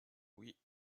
oui